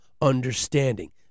understanding